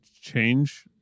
change